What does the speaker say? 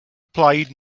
played